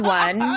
one